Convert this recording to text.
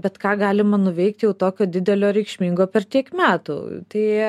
bet ką galima nuveikt jau tokio didelio reikšmingo per tiek metų tai